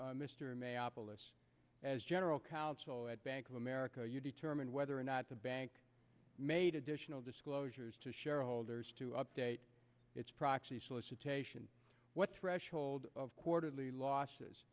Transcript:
this as general counsel at bank of america you determine whether or not the bank made additional disclosures to shareholders to update its proxy solicitation what threshold of quarterly losses